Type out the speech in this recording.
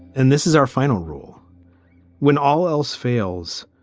and this is our final rule when all else fails.